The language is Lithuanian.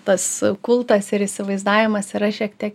tas kultas ir įsivaizdavimas yra šiek tiek